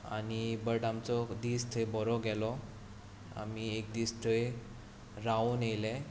आनी बट आमचो दीस थंय बरो गेलो आमी एक दीस थंय रावन आयले